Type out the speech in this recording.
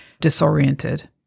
disoriented